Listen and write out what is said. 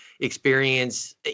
experience